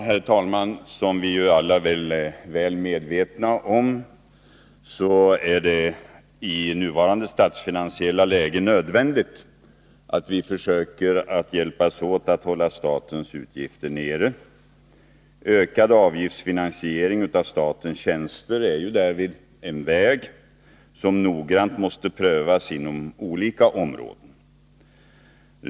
Herr talman! Som vi alla är väl medvetna om är det i nuvarande statsfinansiella läge nödvändigt att vi försöker hjälpas åt att hålla statens utgifter nere. Ökad avgiftsfinansiering av statens tjänster är därvid en väg som noggrant måste prövas inom olika områden.